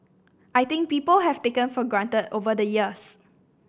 I think people have taken for granted over the years